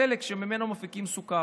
סלק שממנו מפיקים סוכר.